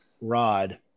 rod